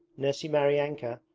nursey maryanka!